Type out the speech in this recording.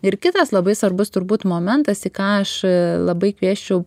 ir kitas labai svarbus turbūt momentas į ką aš labai kviesčiau